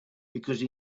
because